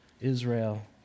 Israel